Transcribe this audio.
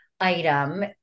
item